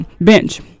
bench